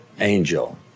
Angel